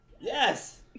Yes